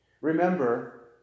Remember